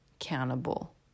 Accountable